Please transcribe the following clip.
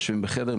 יושבים בחדר,